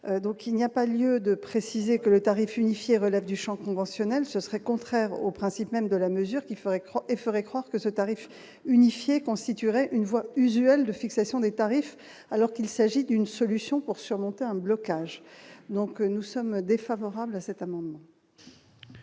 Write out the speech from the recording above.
il n'y a pas lieu de préciser que le tarif unifié relève du Champ conventionnel, ce serait contraire au principe même de la mesure qu'il ferait et ferait croire que ce tarif unifié constituerait une voie usuel de fixation des tarifs alors qu'il s'agit d'une solution pour surmonter un blocage, donc nous sommes défavorable à cet amendement.